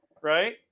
right